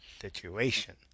situation